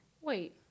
wait